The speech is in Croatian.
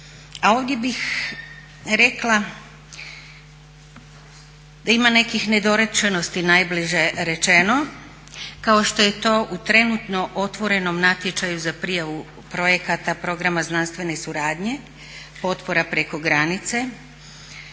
A ovdje bih rekla da ima nekih nedorečenosti, najbliže rečeno, kao što je to u trenutno otvorenom natječaju za prijavu projekata programa znanstvene suradnje, potpora preko granice